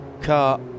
car